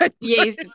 Yes